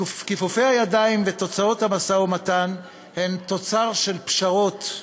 כיפופי הידיים ותוצאות המשא-ומתן הם תוצר של פשרות,